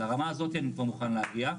ברמה הזאת אני כבר מוכן להגיע,